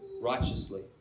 righteously